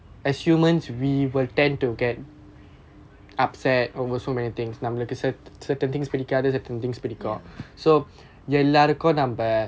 yeah